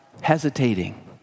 hesitating